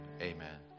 amen